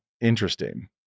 interesting